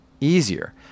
Easier